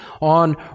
on